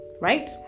right